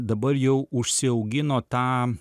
dabar jau užsiaugino tą